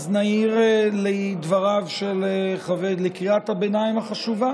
נעיר לקריאת הביניים החשובה